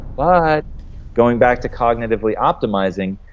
but going back to cognitively optimizing,